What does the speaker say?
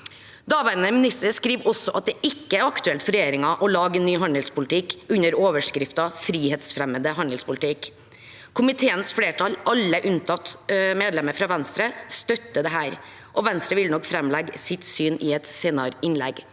minister skriver også at det ikke er aktuelt for regjeringen å lage en ny handelspolitikk under overskriften frihetsfremmende handelspolitikk. Komiteens flertall, alle unntatt medlemmet fra Venstre, støtter dette. Venstre vil nok framlegge sitt syn i et senere innlegg.